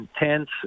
intense